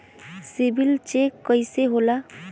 CIBIL check कइसे होला?